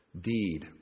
deed